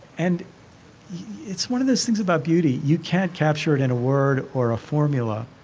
and it's one of those things about beauty. you can't capture it in a word or a formula.